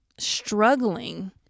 Struggling